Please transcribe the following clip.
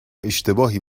اشتباهی